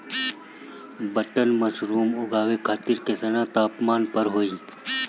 Button mushroom उगावे खातिर केतना तापमान पर होई?